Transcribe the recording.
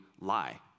lie